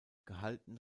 gehalten